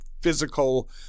physical